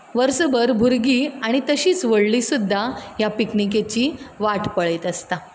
वर्सभर भुरगीं आनी तशींच व्हडली सुद्दां ह्या पिकनीकेची वाट पळयत आसतात